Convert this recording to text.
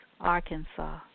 Arkansas